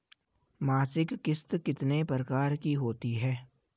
मासिक किश्त कितने प्रकार की होती है?